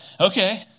okay